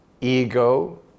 ego